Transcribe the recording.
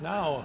Now